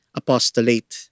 apostolate